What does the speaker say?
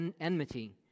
enmity